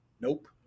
nope